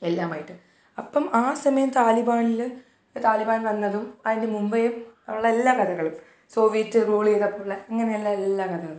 എല്ലാമായിട്ട് അപ്പം ആ സമയം താലിബാൻല് താലിബാൻ വന്നതും അതിന് മുമ്പെയും ഉള്ള എല്ലാ കഥകളും സോവീറ്റ് റൂൾ ചെയ്തപ്പോൾ ഉള്ള അങ്ങനെയുള്ള എല്ലാ കഥകളും